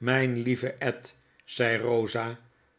mjjn lieve ed zei rosa